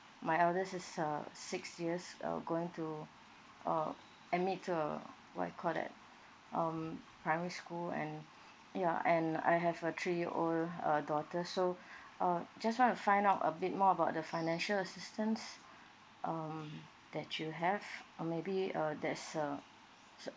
my eldest is uh six years uh going to uh admit to uh what you call that um primary school and ya and I have a three years old uh daughter so uh just wanna find out a bit more about the financial assistance um that you have uh maybe uh that's uh so